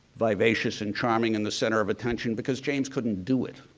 vivacious and charming and the center of attention because james couldn't do it.